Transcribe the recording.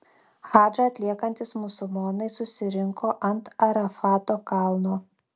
hadžą atliekantys musulmonai susirinko ant arafato kalno